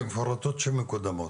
ומפורטות שמקודמות.